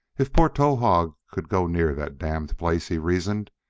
if poor towahg could go near that damned place, he reasoned,